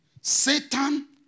Satan